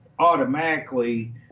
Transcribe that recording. Automatically